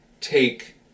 take